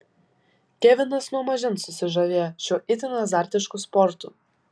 kevinas nuo mažens susižavėjo šiuo itin azartišku sportu